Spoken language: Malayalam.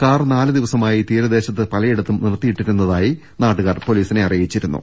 കാർ നാലു ദിവസമായി തീരദേശത്ത് പ്രലയിടത്തും നിർത്തിയിട്ടിരുന്നതായി നാട്ടുകാർ പൊലീസിനെ അറിയിച്ചിരുന്നു